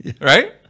Right